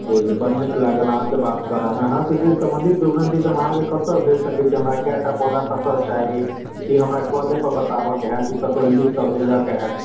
बड्ड नीक लागल अहाँ सऽ बात करऽमे अहाँ सऽ जे संबंधी प्रोग्राम छै से हम अहाँ कऽ कतय भेट सकै छी हमरा कय टा पौधा कतय चाही की हमरा कौले पर बताबक हैत की कतौ लिख कऽ भेजक हैत